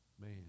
Man